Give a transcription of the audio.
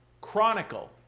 chronicle